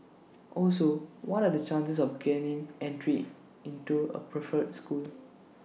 also what are the chances of gaining entry into A preferred school